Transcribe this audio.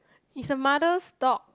is a mother's dog